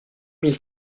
mille